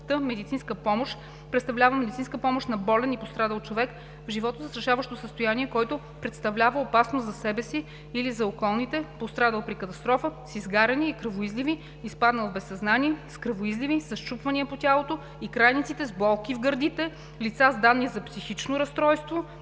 медицинска помощ на болен и пострадал човек в животозастрашаващо състояние, който представлява опасност за себе си или околните – пострадал при катастрофа, с изгаряния и кръвоизливи, изпаднал в безсъзнание, с кръвоизливи, със счупвания по тялото и крайниците, с болки в гърдите, лица с данни за психично разстройство,